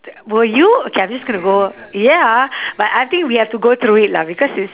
were you K I'm just gonna go ya but I think we have to go through it lah because it's